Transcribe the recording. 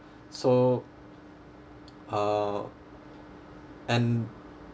so uh and